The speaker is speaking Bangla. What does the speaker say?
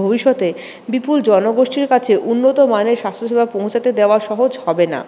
ভবিষ্যতে বিপুল জনগোষ্ঠীর কাছে উন্নত মানের স্বাস্থ্যসেবা পৌছাতে দেওয়া সহজ হবে না